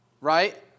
right